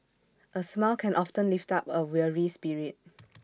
A smile can often lift up A weary spirit